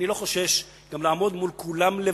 אני לא חושש גם לעמוד מול כולם לבדי,